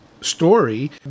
story